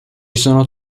sono